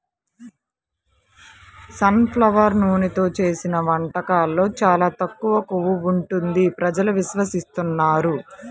sun flower నూనెతో చేసిన వంటకాల్లో చాలా తక్కువ కొవ్వు ఉంటుంది ప్రజలు విశ్వసిస్తున్నారు